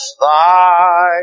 thy